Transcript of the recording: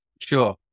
Sure